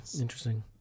Interesting